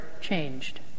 changed